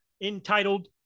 entitled